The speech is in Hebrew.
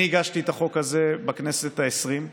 אני הגשתי את החוק הזה בכנסת העשרים,